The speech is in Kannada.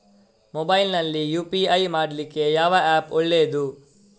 ಮೊಬೈಲ್ ನಲ್ಲಿ ಯು.ಪಿ.ಐ ಮಾಡ್ಲಿಕ್ಕೆ ಯಾವ ಆ್ಯಪ್ ಒಳ್ಳೇದು?